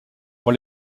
pour